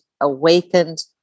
awakened